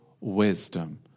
wisdom